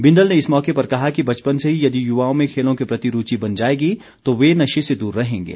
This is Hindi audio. बिंदल ने इस मौके पर कहा कि बचपन से ही यदि युवाओं में खेलों के प्रति रूचि बन जाएगी तो वे नशे से दूर रहेंगे